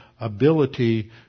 ability